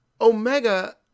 Omega